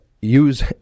use